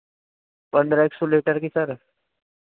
पंद्रह एक सौ लीटर